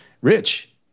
rich